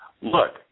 Look